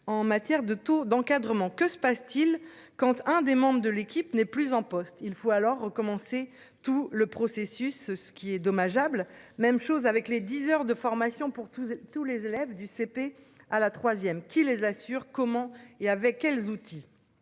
en matière de taux d'encadrement, que se passe-t-il quand un des membres de l'équipe n'est plus en poste, il faut alors recommencer tout le processus. Ce qui est dommageable. Même chose avec les 10h de formation pour tous et tous les élèves du CP à la 3ème qui les assurent comment et avec quels outils